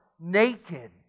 naked